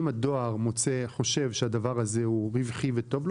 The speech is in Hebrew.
אם הדואר חושב שהדבר הזה הוא רווחי וטוב לו,